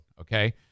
Okay